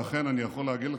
ואכן אני יכול להגיד לך,